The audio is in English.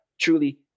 truly